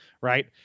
right